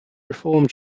reformed